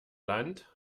land